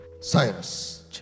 Cyrus